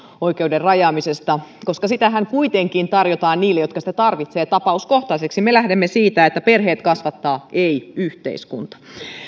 oikeuden rajaamisesta koska sitähän kuitenkin tarjotaan niille jotka sitä tarvitsevat tapauskohtaisesti me lähdemme siitä että perheet kasvattavat ei yhteiskunta